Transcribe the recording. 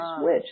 switch